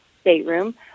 stateroom